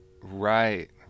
Right